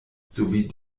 sowie